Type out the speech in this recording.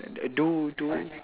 uh do do